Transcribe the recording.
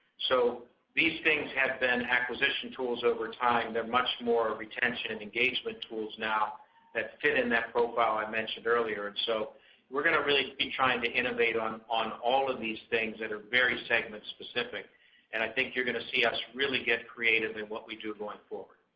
so these things have been acquisition tools over time. they're much more retention and engagement tools now that fit in that profile i mentioned earlier. and so we're going to really be trying to innovate on on all of these things that are very segment-specific. and i think you're going to see us really get creative in what we do going forward.